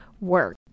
work